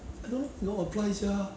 要怎样 apply sia